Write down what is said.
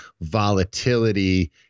volatility